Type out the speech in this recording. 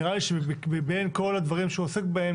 ונראה לי שמבין כל הדברים שהוא עוסק בהם,